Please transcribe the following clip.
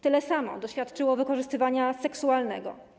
Tyle samo doświadczyło wykorzystywania seksualnego.